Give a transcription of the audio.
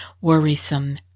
worrisome